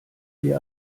wir